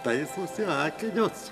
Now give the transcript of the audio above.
taisosi akinius